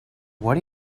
what